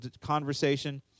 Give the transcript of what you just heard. conversation